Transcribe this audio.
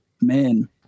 man